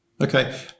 Okay